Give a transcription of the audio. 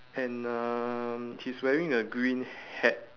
and um she's wearing a green hat